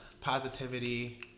positivity